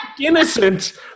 Innocent